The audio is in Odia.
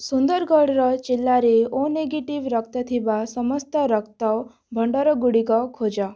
ସୁନ୍ଦରଗଡ଼ର ଜିଲ୍ଲାରେ ଓ ନେଗେଟିଭ୍ ରକ୍ତ ଥିବା ସମସ୍ତ ରକ୍ତ ଭଣ୍ଡାରଗୁଡ଼ିକ ଖୋଜ